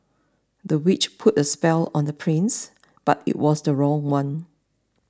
the witch put a spell on the prince but it was the wrong one